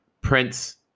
Prince